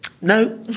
No